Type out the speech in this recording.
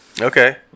Okay